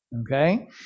Okay